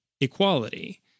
equality